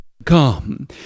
come